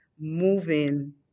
moving